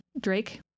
Drake